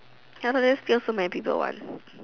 ya lor then still so many people want